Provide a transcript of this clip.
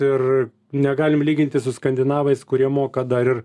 ir negalim lyginti su skandinavais kurie moka dar ir